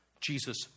Jesus